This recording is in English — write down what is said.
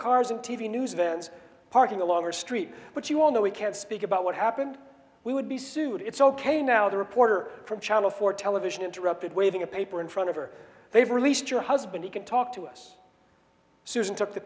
cars and t v news vans parking a longer street but you all know we can't speak about what happened we would be sued it's ok now the reporter from channel four television interrupted waving a paper in front of her they've released your husband he can talk to us susan took the